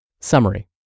Summary